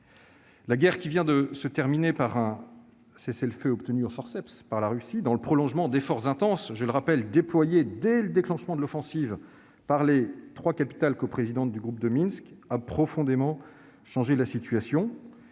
La guerre qui vient de se terminer par un cessez-le-feu obtenu aux forceps par la Russie, dans le prolongement d'efforts intenses déployés dès le déclenchement de l'offensive par les trois capitales coprésidentes du groupe de Minsk, a profondément changé la situation.